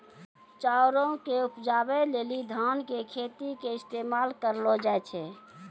चाउरो के उपजाबै लेली धान के खेतो के इस्तेमाल करलो जाय छै